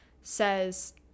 says